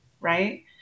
right